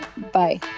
Bye